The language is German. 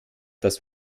das